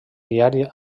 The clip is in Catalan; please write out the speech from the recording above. diari